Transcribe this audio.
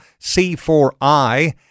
C4I